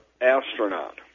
astronaut